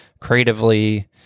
creatively